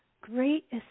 great